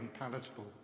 unpalatable